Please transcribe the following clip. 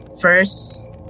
First